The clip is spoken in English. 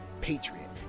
patriot